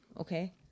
Okay